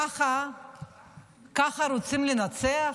ככה רוצים לנצח?